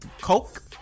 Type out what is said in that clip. coke